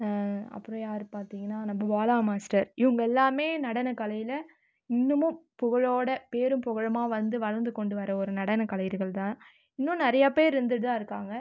அப்புறம் யார் பார்த்தீங்கனா நம்ம பாலா மாஸ்டர் இவங்க எல்லாமே நடன கலையில் இன்னமும் புகழோட பேரும் புகழுமாக வந்து வளர்ந்து கொண்டு வர்ற ஒரு நடனக் கலைஞர்கள் தான் இன்னும் நிறைய பேர் இருந்துட்டு தான் இருக்காங்கள்